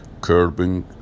curbing